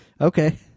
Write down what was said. Okay